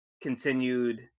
continued